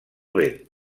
vent